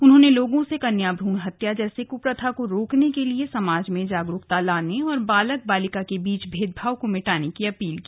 उन्होंने लोगों से कन्या भ्रूण हत्या जैसी कप्रथा को रोकने के लिए समाज में जागरूकता लाने और बालक बालिका के बीच भेदभाव को भिटाने की अपील की